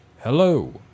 hello